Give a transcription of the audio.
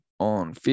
on